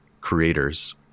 creators